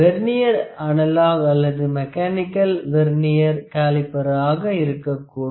vernier analogue அல்லது mechanical vernier காலிப்பராக இருக்கக் கூடும்